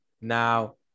Now